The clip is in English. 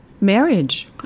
marriage